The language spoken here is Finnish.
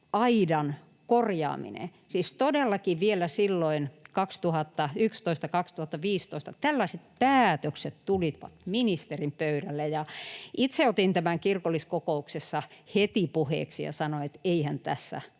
aidan korjaaminen. Siis todellakin vielä silloin 2011—2015 tällaiset päätökset tulivat ministerin pöydälle. Itse otin tämän kirkolliskokouksessa heti puheeksi, ja sanoin, että eihän tässä